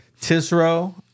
Tisro